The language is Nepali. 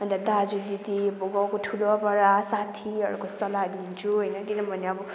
अन्त दाजु दिदी अब गाउँको ठुलो बडा साथीहरूको सल्लाह लिन्छु होइन किनभने अब